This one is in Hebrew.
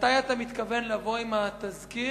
מתי אתה מתכוון לבוא עם התזכיר,